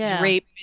rape